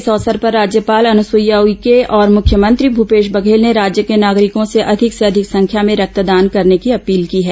इस अवसर पर राज्यपाल अनुसुईया उइके और मुख्यमंत्री भूपेश बघेल ने राज्य के नागरिकों से अधिक से अधिक संख्या में रक्तदान करने की अपील की है